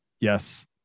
Yes